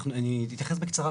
אני אתייחס בקצרה,